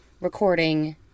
recording